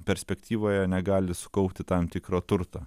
perspektyvoje negali sukaupti tam tikro turto